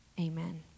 Amen